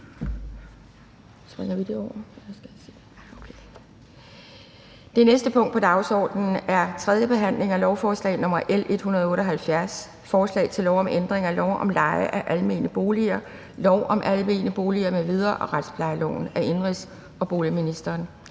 Det næste punkt på dagsordenen er: 16) 3. behandling af lovforslag nr. L 178: Forslag til lov om ændring af lov om leje af almene boliger, lov om almene boliger m.v. og retsplejeloven. (Hurtigere